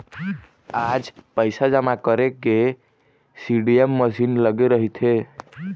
आज पइसा जमा करे के सीडीएम मसीन लगे रहिथे